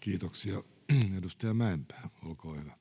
Kiitoksia. — Edustaja Mäenpää, olkaa